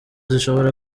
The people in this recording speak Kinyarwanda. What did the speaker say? zishobora